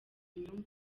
imyumvire